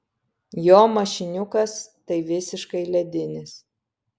jo mašiniukas tai visiškai ledinis